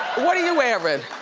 what are you wearin'?